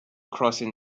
crossing